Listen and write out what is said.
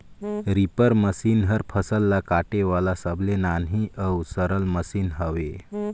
reaper machine हर फसल ल काटे वाला सबले नान्ही अउ सरल मसीन हवे